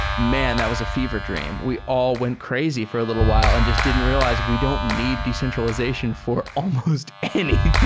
man! that was a fever dream. we all went crazy for a little while and just didn't realize we don't need decentralization for almost anything.